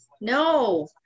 No